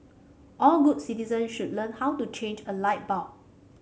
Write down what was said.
all good citizen should learn how to change a light bulb